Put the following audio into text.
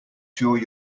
sure